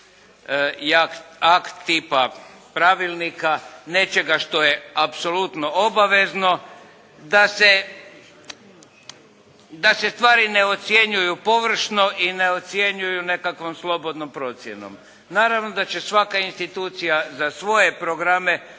akt tipa pravilnika, nečega što je apsolutno obavezno da se stvari ne ocjenjuju površno i ne ocjenjuju nekakvom slobodnom procjenom. Naravno da će svaka institucija za svoje programe